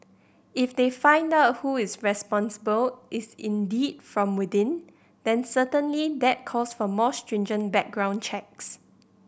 if they find out who is responsible is indeed from within then certainly that calls for more stringent background checks